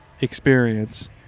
experience